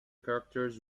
characters